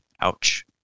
Ouch